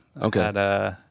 Okay